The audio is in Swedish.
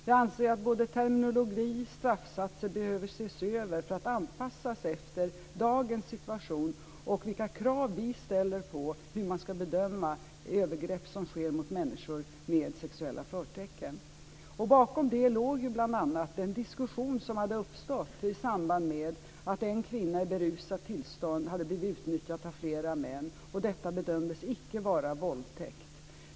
Jag anser att både terminologi och straffsatser behöver ses över för att anpassas efter dagens situation och de krav vi ställer på hur man ska bedöma övergrepp med sexuella förtecken som sker mot människor. Bakom det låg bl.a. den diskussion som uppstod i samband med att en kvinna i berusat tillstånd blev utnyttjad av flera män. Detta bedömdes icke vara våldtäkt.